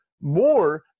more